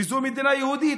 וזאת מדינה יהודית.